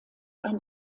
ein